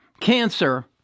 cancer